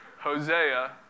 Hosea